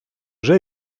вже